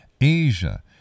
Asia